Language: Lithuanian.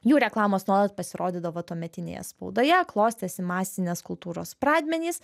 jų reklamos nuolat pasirodydavo tuometinėje spaudoje klostėsi masinės kultūros pradmenys